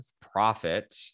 profit